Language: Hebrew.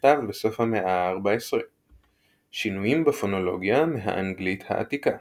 שנכתב בסוף המאה ה־14 שינויים בפונולוגיה מהאנגלית העתיקה